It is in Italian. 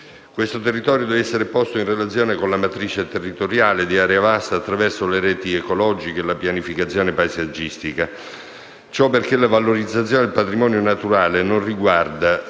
Questo territorio deve essere posto in relazione con la matrice territoriale di area vasta attraverso le reti ecologiche e la pianificazione paesaggistica, perché la valorizzazione del patrimonio naturale riguarda